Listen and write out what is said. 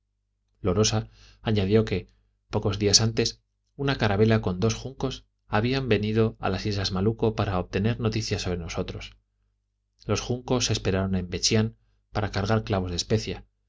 añadió que pocos días antes una carabela con dos juncos habían venido a las islas malucco para obtener noticias sobre nosotros los juncos esperaron en bachián para cargar clavos de especia